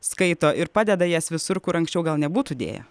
skaito ir padeda jas visur kur anksčiau gal nebūtų dėję